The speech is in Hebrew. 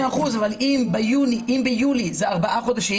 מאה אחוז, אבל אם ביולי זה ארבעה חודשים.